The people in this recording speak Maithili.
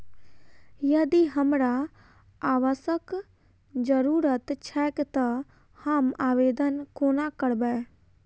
यदि हमरा आवासक जरुरत छैक तऽ हम आवेदन कोना करबै?